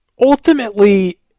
ultimately